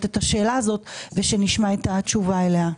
את השאלה הזאת ושנשמע את התשובה אליה.